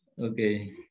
Okay